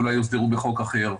שאולי יוסדרו בחוק אחר,